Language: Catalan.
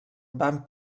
van